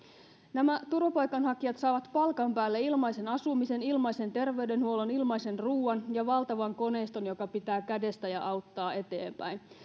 nämä turvapaikanhakijat saavat palkan päälle ilmaisen asumisen ilmaisen terveydenhuollon ilmaisen ruoan ja valtavan koneiston joka pitää kädestä ja auttaa eteenpäin